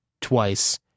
twice